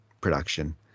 production